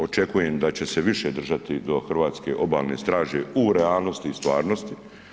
Očekujem da će se više držati do Hrvatske obalne straže u realnosti i stvarnosti.